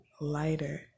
lighter